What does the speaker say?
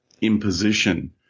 imposition